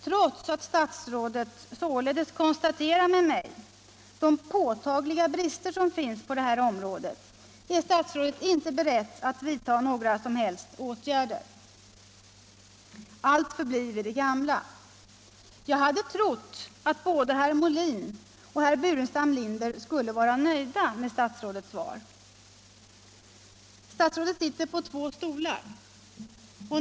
Trots att statsrådet liksom jag konstaterar att det förekommer påtagliga brister på detta område är hon inte beredd att vidta några som helst åtgärder. Allt förblir vid det gamla. Jag hade därför trott att både herr Molin och herr Burenstam Linder skulle vara nöjda med svaret. Statsrådet sitter på två stolar.